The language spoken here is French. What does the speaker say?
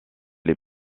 les